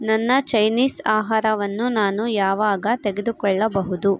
ನನ್ನ ಚೈನೀಸ್ ಆಹಾರವನ್ನು ನಾನು ಯಾವಾಗ ತೆಗೆದುಕೊಳ್ಳಬಹುದು